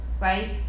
Right